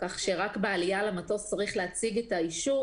כך שרק בעלייה למטוס צריך להציג את האישור